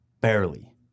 barely